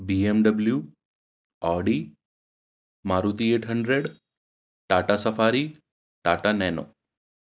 be M W Audi Maruti eight hundred Tata Safari Tata Nano